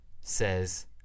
says